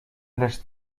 lecz